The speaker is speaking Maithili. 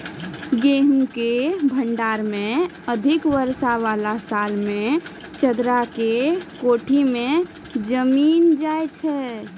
गेहूँ के भंडारण मे अधिक वर्षा वाला साल मे चदरा के कोठी मे जमीन जाय छैय?